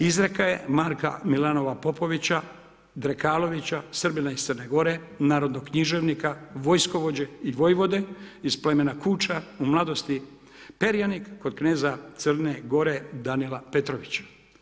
Izreka je Marka Milanova Popovića Drekalovića, Srbina iz Crne Gore, narodnog književnika, vojskovođe i vojvode iz plemena Kuća, u mladosti perjanik kod kneza Crne Gore Danila Petrovića.